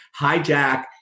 hijack